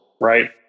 right